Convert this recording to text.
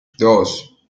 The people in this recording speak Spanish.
dos